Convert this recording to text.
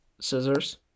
scissors